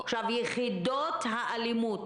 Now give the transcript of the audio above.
היחידות שמטפלות באלימות,